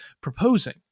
proposing